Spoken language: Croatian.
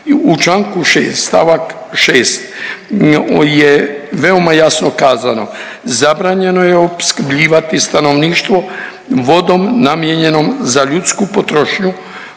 U Članku 6. stavak 6. je veoma jasno kazano, zabranjeno je opskrbljivati stanovništvo vodom namijenjenom za ljudsku potrošnju